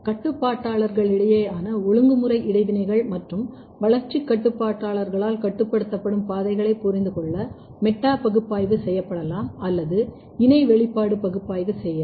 கட்டுப்பாட்டாளர்களிடையேயான ஒழுங்குமுறை இடைவினைகள் மற்றும் வளர்ச்சி கட்டுப்பாட்டாளர்களால் கட்டுப்படுத்தப்படும் பாதைகளைப் புரிந்து கொள்ள மெட்டா பகுப்பாய்வு செய்யப்படலாம் அல்லது இணை வெளிப்பாடு பகுப்பாய்வு செய்யலாம்